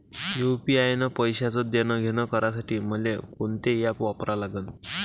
UPI न पैशाचं देणंघेणं करासाठी मले कोनते ॲप वापरा लागन?